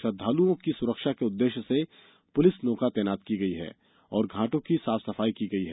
श्रद्वालुओं की सुरक्षा के उद्देश्य से पुलिस नौका तैनात की गई है और घाटों की साफ सफाई को गई है